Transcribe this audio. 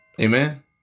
Amen